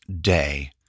day